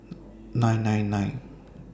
nine nine nine